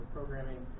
programming